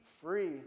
free